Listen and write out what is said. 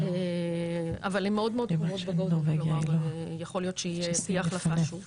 אבל הן מאוד מאוד --- ויכול להיות שתהיה החלפה שוב.